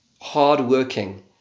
hard-working